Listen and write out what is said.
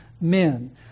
men